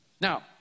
Now